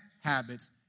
habits